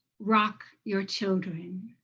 rock your children.